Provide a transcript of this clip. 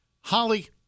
Holly